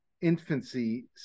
infancy